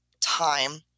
time